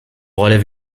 relève